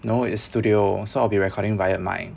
no it's studio so I'll be recording via mic